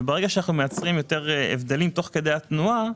ברגע שאנחנו מייצרים יותר הבדלים תוך כדי תנועה,